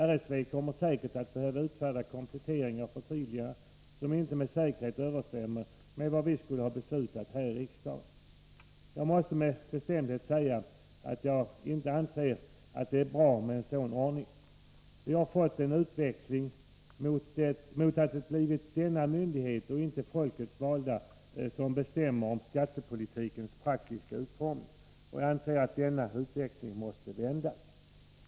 RSV kommer med all sannolikhet att behöva utfärda kompletteringar och förtydliganden som inte med säkerhet överensstämmer med vad vi beslutat här i riksdagen. Jag måste med bestämdhet säga att jag inte anser att det är bra med en sådan ordning. Vi har fått en utveckling som innebär att det blivit denna myndighet och inte folkets valda ombud som bestämmer om skattepolitikens praktiska utformning, och jag anser att denna utveckling måste vändas.